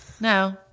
no